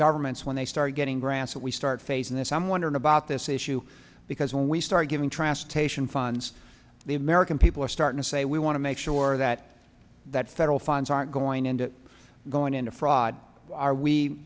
governments when they start getting grants we start phasing this i'm wondering about this issue because when we start giving transportation funds the american people are starting to say we want to make sure that that federal funds aren't going into going into fraud are we